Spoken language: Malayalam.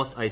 S I